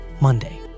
Monday